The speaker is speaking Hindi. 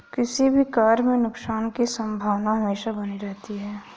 किसी भी कार्य में नुकसान की संभावना हमेशा बनी रहती है